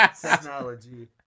technology